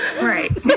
right